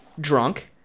drunk